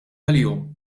għalihom